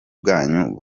bwanyu